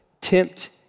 tempt